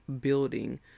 building